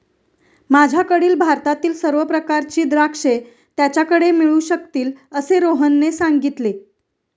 माझ्याकडील भारतातील सर्व प्रकारची द्राक्षे त्याच्याकडे मिळू शकतील असे रोहनने सांगितले